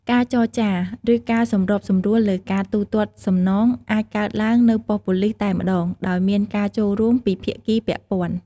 ការចរចា ឬការសម្របសម្រួលលើការទូទាត់សំណងអាចកើតឡើងនៅប៉ុស្តិ៍ប៉ូលិសតែម្តង ដោយមានការចូលរួមពីភាគីពាក់ព័ន្ធ។